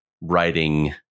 writing